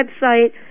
website